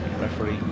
Referee